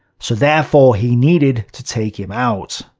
so therefore he needed to take him out.